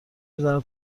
میزنه